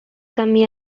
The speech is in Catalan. camí